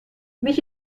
mich